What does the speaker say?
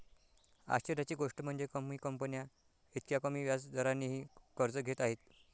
आश्चर्याची गोष्ट म्हणजे, कमी कंपन्या इतक्या कमी व्याज दरानेही कर्ज घेत आहेत